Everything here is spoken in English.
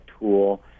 tool